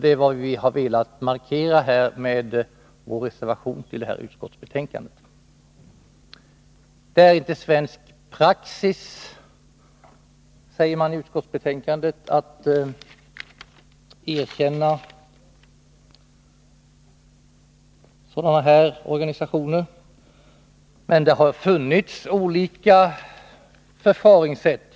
Det är det vi har velat markera med vår reservation till detta utskottsbetänkande. Det är inte svensk praxis, säger man i utskottsbetänkandet, att erkänna sådana här organisationer. Men det har faktiskt förekommit olika förfaringssätt.